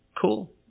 Cool